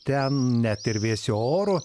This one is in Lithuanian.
ten net ir vėsiu oru